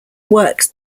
works